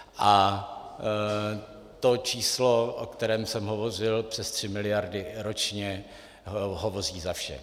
A to číslo, o kterém jsem už hovořil, přes 3 miliardy ročně, hovoří za vše.